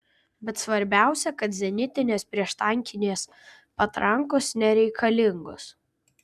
bet svarbiausia kad zenitinės prieštankinės patrankos nereikalingos